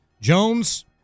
Jones